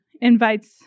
invites